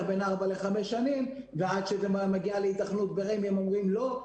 בין ארבע לחמש שנים ועד שזה מגיע להיתכנות ברמ"י הם אומרים לא.